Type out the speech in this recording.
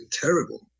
terrible